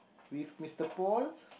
with Mister Paul